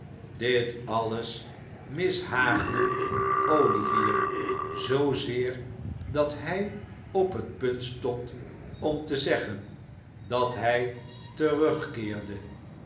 dit alles mishaagde olivier zoozeer dat hij op het punt stond om te zeggen dat hij terugkeerde